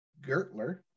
Gertler